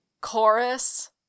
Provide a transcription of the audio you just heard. chorus